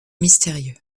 mystérieux